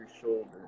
shoulder